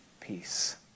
peace